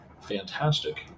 fantastic